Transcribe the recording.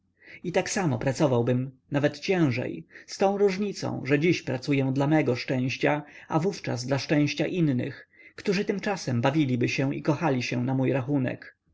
i tak samo pracowałbym nawet ciężej z tą różnicą że dziś pracuję dla mego szczęścia a wówczas dla szczęścia innych którzy tymczasem bawiliby się i kochaliby się na mój rachunek